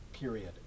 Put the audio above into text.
period